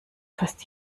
fast